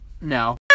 No